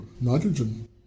nitrogen